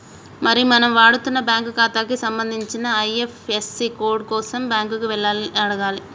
మరి మనం వాడుతున్న బ్యాంకు ఖాతాకి సంబంధించిన ఐ.ఎఫ్.యస్.సి కోడ్ కోసం బ్యాంకు కి వెళ్లి అడగాలి